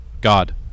God